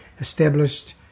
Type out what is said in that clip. established